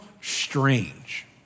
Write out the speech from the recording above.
strange